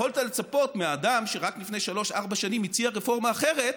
יכולת לצפות שאדם שרק לפני שלוש-ארבע שנים הציע רפורמה אחרת,